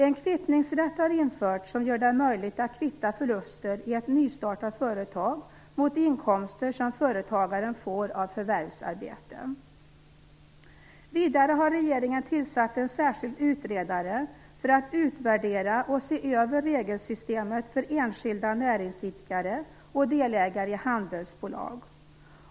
En kvittningsrätt har införts som gör det möjligt att kvitta förluster i ett nystartat företag mot inkomster som företagaren får av förvärvsarbete. Vidare har regeringen tillsatt en särskild utredare för att utvärdera och se över regelsystemet för enskilda näringsidkare och delägare i handelsbolag.